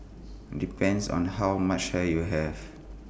depends on how much hair you have